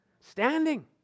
Standing